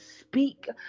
speak